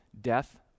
death